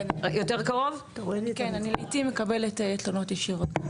כן אני לעיתים מקבלת תלונות ישירות.